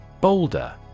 Boulder